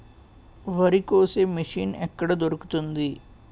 వరి కోసే మిషన్ ఎక్కడ దొరుకుతుంది?